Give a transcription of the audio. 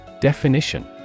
Definition